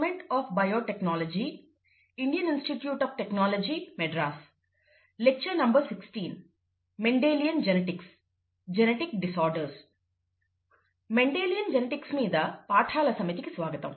Mendelian genetics మీద పాఠాల సమితికి స్వాగతం